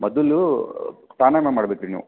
ಮೊದಲು ಪ್ರಾಣಾಯಾಮ ಮಾಡ್ಬೇಕು ರೀ ನೀವು